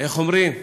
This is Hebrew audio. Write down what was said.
איך אומרים?